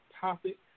Topic